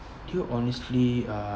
do you honestly uh~